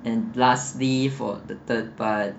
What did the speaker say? and lastly for the third part